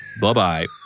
Bye-bye